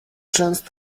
chance